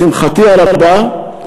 לשמחתי הרבה,